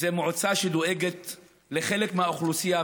זאת מועצה שדואגת לחלק מהאוכלוסייה.